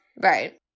Right